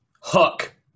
Hook